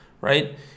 right